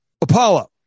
Apollo